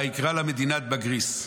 ויקרא לה מדינת בגריס,